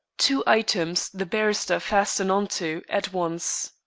two items the barrister fastened on to at once.